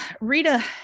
Rita